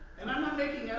and i'm not making